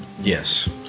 Yes